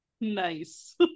Nice